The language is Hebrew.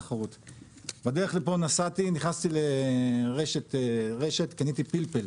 בדרך לפה נסעתי נכנסתי לרשת קניתי פלפל,